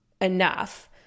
enough